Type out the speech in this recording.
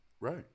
Right